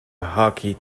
hockey